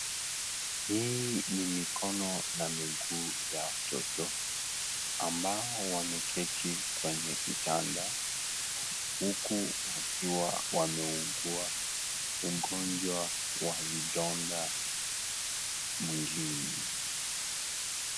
Hii ni mikono na miguu ya watoto, ambao wameketi kwenye kitanda huku wakiwa wameugua ugonjwa wa vidonda mwilini.